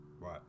Right